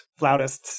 Flautists